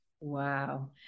Wow